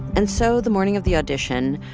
and so the morning of the audition,